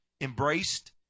embraced